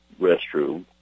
restroom